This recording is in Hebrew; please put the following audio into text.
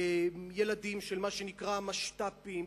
ילדים של מה שנקרא משת"פים,